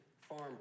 Farm